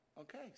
Okay